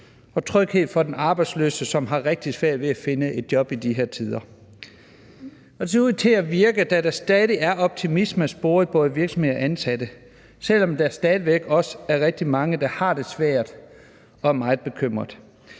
og tryghed for den arbejdsløse, som har rigtig svært ved at finde et job i de her tider. Det ser ud til at virke, da der stadig er optimisme at spore både hos virksomheder og ansatte, selv om der stadig væk også er rigtig mange, der har det svært og er meget bekymrede.